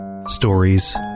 Stories